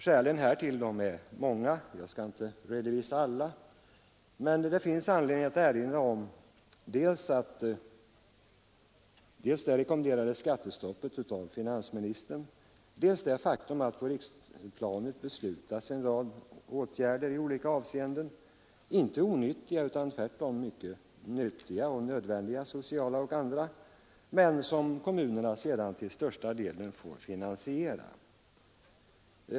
Skälen härtill är många, och jag skall inte redovisa alla, men det finns anledning att erinra om dels det rekommenderade skattestoppet av finansministern, dels det faktum att på riksplanet beslutas en rad åtgärder i olika avseenden — inte onyttiga utan tvärtom nödvändiga sociala och andra åtgärder — som kommunerna sedan till största delen får finansiera.